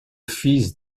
fils